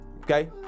okay